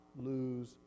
lose